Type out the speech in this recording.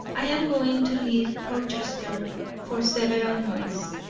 i am going to leave portchester for several months.